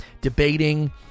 debating